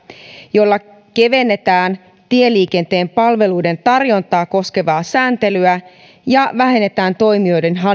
jolla kevennetään tieliikenteen palveluiden tarjontaa koskevaa sääntelyä ja vähennetään toimijoiden